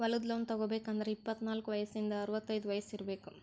ಹೊಲದ್ ಲೋನ್ ತಗೋಬೇಕ್ ಅಂದ್ರ ಇಪ್ಪತ್ನಾಲ್ಕ್ ವಯಸ್ಸಿಂದ್ ಅರವತೈದ್ ವಯಸ್ಸ್ ಇರ್ಬೆಕ್